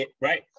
right